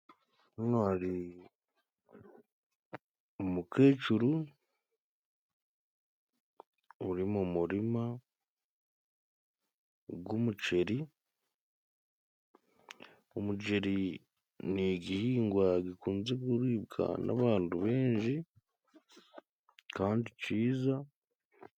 Hano hari umukecuru uri mu murima w'umuceri, umugeri ni igihingwa gikunze kuribwa n'abantu benshi, kandi cyiza.